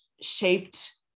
shaped